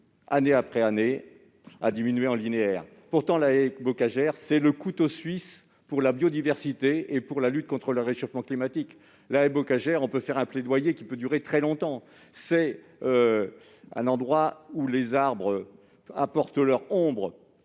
année après année, à diminuer en linéaire. Pourtant, la haie bocagère, c'est le couteau suisse de la biodiversité et de la lutte contre le réchauffement climatique. On pourrait faire un plaidoyer qui peut durer très longtemps. À cet endroit, les arbres apportent leur ombre